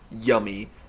Yummy